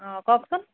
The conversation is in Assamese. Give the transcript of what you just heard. অ কওকচোন